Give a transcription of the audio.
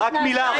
לא שונה מספר אחד